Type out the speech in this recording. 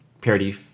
parody